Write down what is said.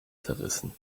zerrissen